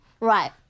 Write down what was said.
Right